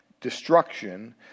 destruction